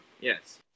Yes